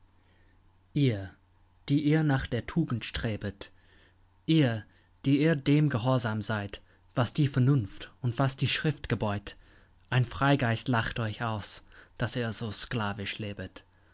ihr die ihr nach der tugend strebet ihr die ihr dem gehorsam seid was die vernunft und was die schrift gebeut ein freigeist lacht euch aus daß ihr so sklavisch lebet